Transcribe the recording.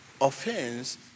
offense